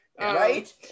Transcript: right